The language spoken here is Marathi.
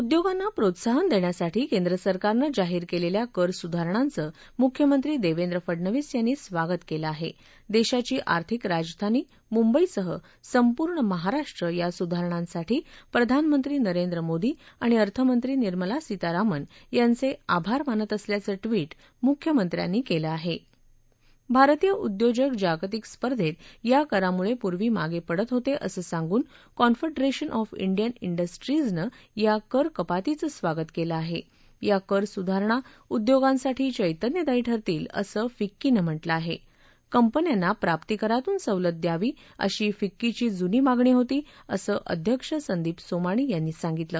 उद्योगांना प्रोत्साहन देण्यासाठी केंद्रसरकारने जाहीर केलेल्या कर सुधारणांचं मुख्यमंत्री दर्वेद्वे फडणवीस यांनी या स्वागत केले आहा देशीची आर्थिक राजधानी मुंबईसह संपूर्ण महाराष्ट्र या सुधारणांसाठी प्रधानमंत्री नरेंद्र मोदी आणि अर्थमंत्री निर्मला सीमारामन् यांच क्रिभार मानत असल्याचं ट्वीट मुख्यमंत्र्यांनी क्वि आह आरतीय उद्योजक जागतिक स्पर्धेत या करामुळप्र्वी माग विडत होत असं सांगून कॉनफडिरधीन ऑफ डियन डिस्ट्रीजनं या करकपातीचं स्वागत कलि आह आ कर सुधारणा उद्योगांसाठी चैतन्यदायी ठरतील असं फिक्की नं म्हटलं आहा क्रिपन्यांना प्राप्तीकरातून सवलत द्यावी अशी फिक्कीची जुनी मागणी होती असं अध्यक्ष संदीप सोमाणी यांनी सांगितलं